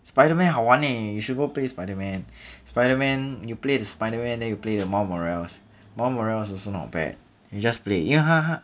spider man 好玩 eh you should go play spider man spider man you play the spider man then you play the mile morales mile morales is also not bad you just play 因为他他